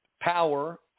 power